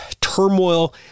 turmoil